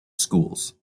schools